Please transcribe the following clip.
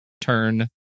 turn